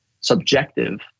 subjective